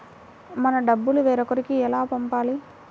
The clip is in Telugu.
మన డబ్బులు వేరొకరికి ఎలా పంపాలి?